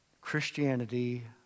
Christianity